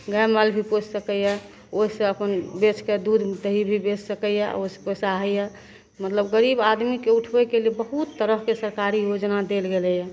गाइ माल भी पोसि सकैए ओहिसे अपन बेचिके दूध दही भी बेचि सकैए ओ ओहिसे होइए मतलब गरीब आदमीके उठबैके लिए बहुत तरहके सरकारी योजना देल गेलैए